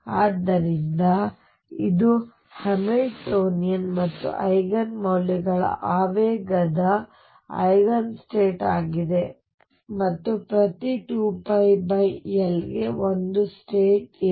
ಆದ್ದರಿಂದ ಇದು ಹ್ಯಾಮಿಲ್ಟೋನಿಯನ್ ಮತ್ತು ಐಗನ್ ಮೌಲ್ಯಗಳ ಆವೇಗದ ಐಗನ್ ಸ್ಟೇಟ್ ಆಗಿದೆ ಮತ್ತು ಪ್ರತಿ 2πL ಗೆ ಒಂದು ಸ್ಟೇಟ್ ಇದೆ